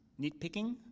nitpicking